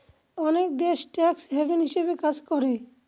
অনেক দেশ tax haven হিসাবে কাজ করে